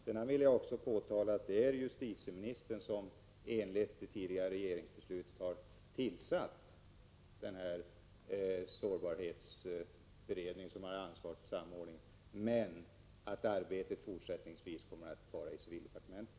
Jag vill också påpeka att det är justitieministern som i enlighet med det tidigare regeringsbeslutet har tillsatt den sårbarhetsberedning som har ansvaret för samordning, men att arbetet fortsättningsvis kommer att lyda under civildepartementet.